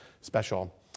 special